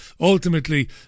Ultimately